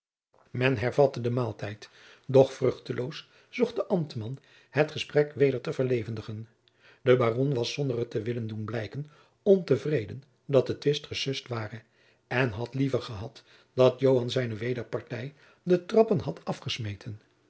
men hervatte den maaltijd doch vruchteloos zocht de ambtman het gesprek weder te verlevendigen de baron was zonder het te willen doen blijken ontevreden dat de twist gesust ware en had liever gehad dat joan zijne wederpartij de trappen had afgesmeten